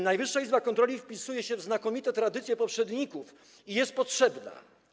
Najwyższa Izba Kontroli wpisuje się w znakomite tradycje poprzedników i jest potrzebna.